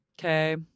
Okay